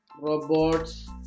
robots